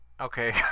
Okay